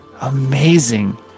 amazing